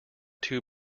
too